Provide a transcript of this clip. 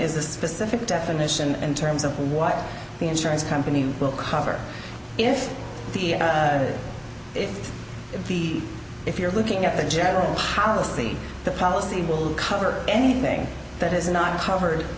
is a specific definition in terms of what the insurance company will cover if the if the if you're looking at the general policy the policy will cover anything that is not covered